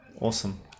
Awesome